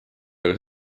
aga